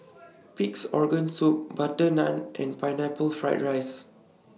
Pig'S Organ Soup Butter Naan and Pineapple Fried Rice